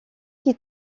qui